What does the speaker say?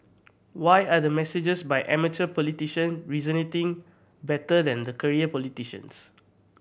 why are the messages by amateur politician resonating better than the career politicians